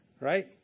right